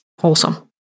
wholesome